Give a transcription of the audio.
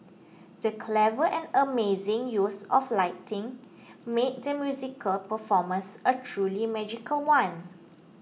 the clever and amazing use of lighting made the musical performance a truly magical one